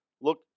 look